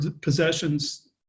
possessions